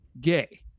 gay